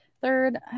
third